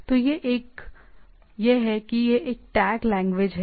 तो यह है कि यह एक टैग लैंग्वेज है